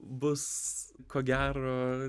bus ko gero